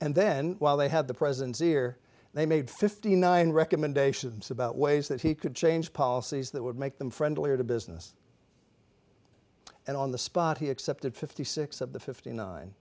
and then while they have the president's ear they made fifty nine recommendations about ways that he could change policies that would make them friendlier to business and on the spot he accepted fifty six of the fifty nine